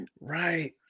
Right